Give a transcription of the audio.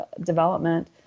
development